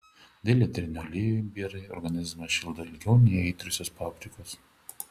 dėl eterinių aliejų imbierai organizmą šildo ilgiau nei aitriosios paprikos